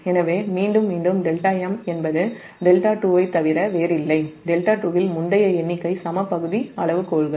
எனவே மீண்டும் δm என்பது δ2 ஐத் தவிர வேறில்லை δ2 இல் முந்தைய எண்ணிக்கை சம பகுதி அளவுகோல்கள்